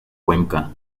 cuenca